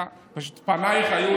מקלב, אינו נוכח, חבר הכנסת טאהא,